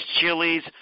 chilies